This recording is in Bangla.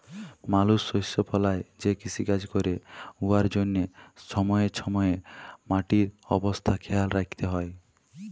মালুস শস্য ফলাঁয় যে কিষিকাজ ক্যরে উয়ার জ্যনহে ছময়ে ছময়ে মাটির অবস্থা খেয়াল রাইখতে হ্যয়